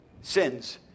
sins